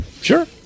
Sure